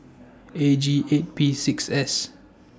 A G eight P six S